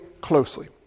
closely